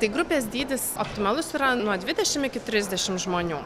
tai grupės dydis optimalus yra nuo dvidešimt iki trisdešimt žmonių